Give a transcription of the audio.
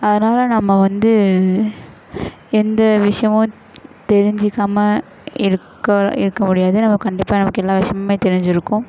அதனாலே நம்ம வந்து எந்த விஷயமும் தெரிஞ்சுக்காம இருக்க இருக்க முடியாது நம்ம கண்டிப்பாக நமக்கு எல்லா விஷயமுமே தெரிஞ்சுருக்கும்